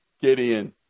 Gideon